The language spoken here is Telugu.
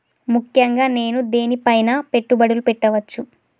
ముఖ్యంగా నేను దేని పైనా పెట్టుబడులు పెట్టవచ్చు?